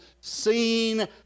seen